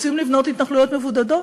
רוצים לבנות התנחלויות מבודדות?